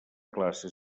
classe